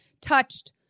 touched